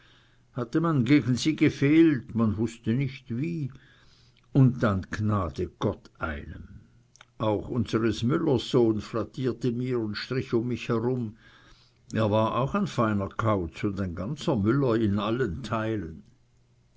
hatte gegen sie gefehlt man wußte nicht wie und dann gnade gott einem auch unseres müllers sohn flattierte mir und strich um mich herum er war auch ein feiner kauz und ein ganzer müller in allen teilen